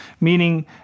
meaning